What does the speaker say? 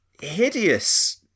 hideous